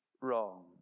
Wrong